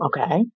Okay